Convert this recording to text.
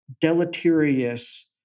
deleterious